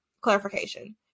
clarification